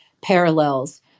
parallels